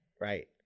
right